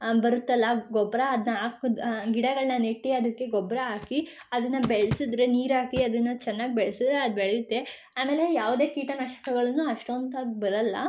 ಬರುತ್ತಲ್ಲ ಗೊಬ್ಬರ ಅದನ್ನ ಹಾಕದ್ ಗಿಡಗಳನ್ನ ನೆಟ್ಟು ಅದಕ್ಕೆ ಗೊಬ್ಬರ ಹಾಕಿ ಅದನ್ನ ಬೆಳ್ಸಿದ್ರೆ ನೀರು ಹಾಕಿ ಅದನ್ನ ಚೆನ್ನಾಗಿ ಬೆಳೆಸಿದ್ರೆ ಅದು ಬೆಳೆಯುತ್ತೆ ಆಮೇಲೆ ಯಾವುದೇ ಕೀಟ ನಾಶಕಗಳನ್ನು ಅಷ್ಟೊಂದಾಗಿ ಬರೋಲ್ಲ